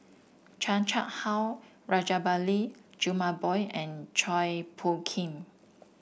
Chan Chang How Rajabali Jumabhoy and Chua Phung Kim